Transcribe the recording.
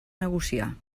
negociar